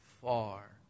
far